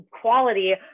quality